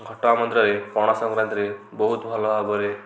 ଘଟଗାଁ ମନ୍ଦିର ରେ ପଣାସଂକ୍ରାନ୍ତି ରେ ବହୁତ ଭଲ ଭାବରେ